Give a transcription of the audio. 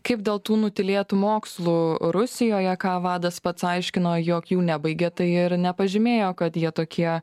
kaip dėl tų nutylėtų mokslų rusijoje ką vadas pats aiškino jog jų nebaigė tai ir nepažymėjo kad jie tokie